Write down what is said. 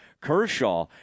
Kershaw